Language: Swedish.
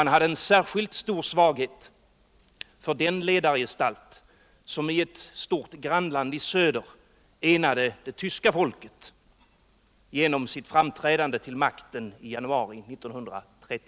Han hade en särskilt stor svaghet för den ledargestalt som tagande och ideellt